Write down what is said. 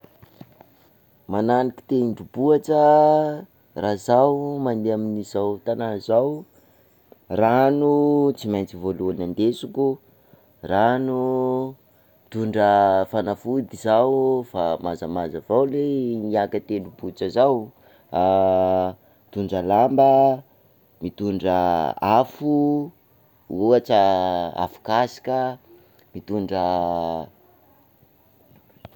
Mananiky tendrombohitra, raha izaho mande amin'izao tànana zao, rano tsy maintsy voalohany andesiko, rano, mitondra fanafody zao fa mazamaza avao ley miaka tendrombohitra zao, mitondra lamba, mitondra afo, ohatra afokasoka, mitondra.